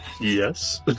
Yes